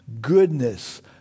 goodness